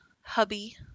hubby